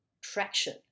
traction